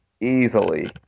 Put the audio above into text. easily